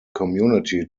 community